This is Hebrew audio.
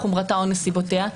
חומרתה או נסיבותיה.